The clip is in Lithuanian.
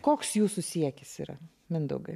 koks jūsų siekis yra mindaugai